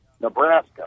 Nebraska